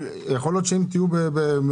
אבל יכול להיות שאם תהיו במשטרה,